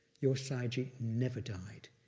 your sayagyi never died.